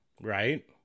right